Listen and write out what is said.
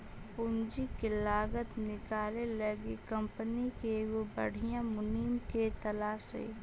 पूंजी के लागत निकाले लागी कंपनी के एगो बधियाँ मुनीम के तलास हई